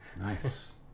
nice